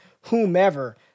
whomever